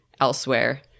elsewhere